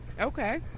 okay